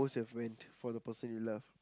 most you've went for the person you love